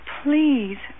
please